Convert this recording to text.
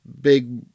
big